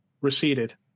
receded